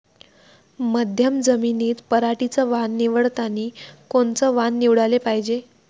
मध्यम जमीनीत पराटीचं वान निवडतानी कोनचं वान निवडाले पायजे?